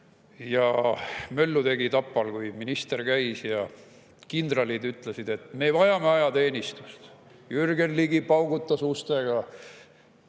ja möllu tegi Tapal, kui minister [seal] käis, ja kindralid ütlesid, et me vajame ajateenistust. Jürgen Ligi paugutas ustega